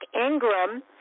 Ingram